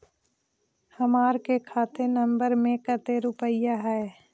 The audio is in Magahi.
हमार के खाता नंबर में कते रूपैया है?